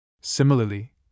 Similarly